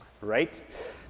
right